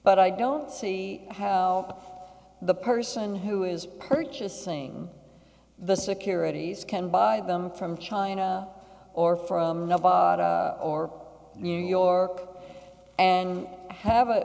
but i don't see how the person who is purchasing the securities can buy them from china or from or new york and have